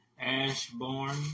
Ashbourne